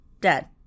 dead